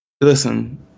Listen